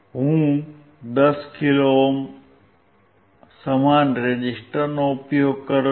હું 10 kilo ohm સમાન રેઝિસ્ટરનો ઉપયોગ કરું છું